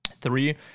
Three